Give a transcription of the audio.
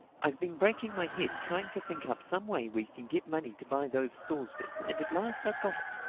i've been breaking my head trying to think up some way we can get money to buy those stores with and at last i've got it.